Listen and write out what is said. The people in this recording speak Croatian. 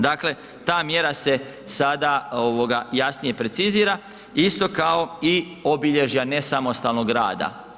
Dakle ta mjera se sada jasnije precizira isto kao i obilježja nesamostalnog rada.